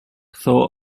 thought